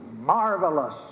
marvelous